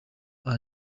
aha